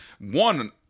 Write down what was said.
One –